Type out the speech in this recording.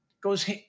goes